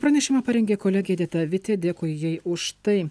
pranešimą parengė kolegė edita vitė dėkui jai už tai